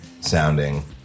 sounding